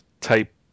type